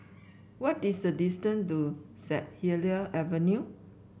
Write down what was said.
what is the distance to St Helier Avenue